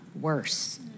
worse